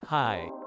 hi